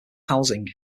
housing